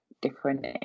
different